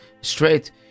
straight